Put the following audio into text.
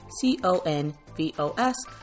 c-o-n-v-o-s